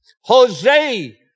Jose